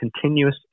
continuous